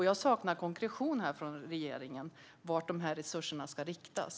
Jag saknar konkretion från regeringen när det gäller vart dessa resurser ska riktas.